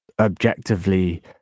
objectively